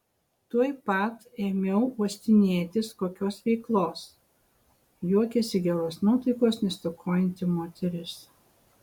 tuoj pat ėmiau uostinėtis kokios veiklos juokėsi geros nuotaikos nestokojanti moteris